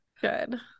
good